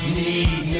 need